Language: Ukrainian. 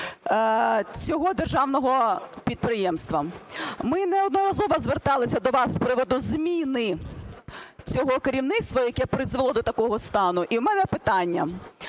цього державного підприємства. Ми неодноразово зверталися до вас з приводу зміни цього керівництва, яке призвело до такого стану, і в мене питання.